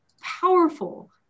powerful